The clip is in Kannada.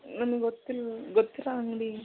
ನಮಗೆ ಗೊತ್ತಿಲ್ಲ ಗೊತ್ತಿರೋ ಅಂಗಡಿ